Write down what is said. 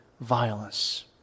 violence